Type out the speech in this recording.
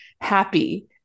happy